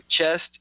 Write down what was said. chest